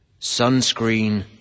sunscreen